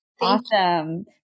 Awesome